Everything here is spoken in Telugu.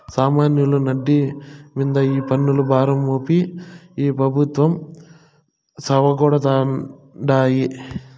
సామాన్యుల నడ్డి మింద ఈ పన్నుల భారం మోపి ఈ పెబుత్వాలు సావగొడతాండాయి